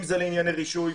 אם זה לענייני רישוי,